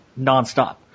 nonstop